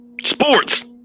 Sports